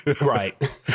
Right